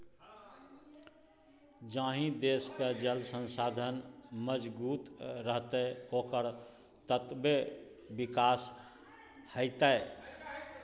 जाहि देशक जल संसाधन मजगूत रहतै ओकर ततबे विकास हेतै